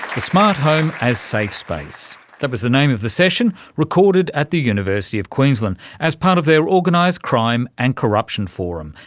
the smart home as safe space, that was the name of the session, recorded at the university of queensland as part of their organised crime and corruption forum,